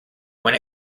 when